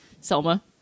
Selma